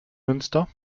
münster